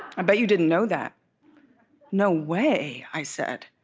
i bet you didn't know that no way i said.